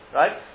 right